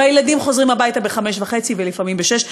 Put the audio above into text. והילדים חוזרים הביתה ב-17:30 ולפעמים ב-18:00.